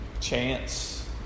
Chance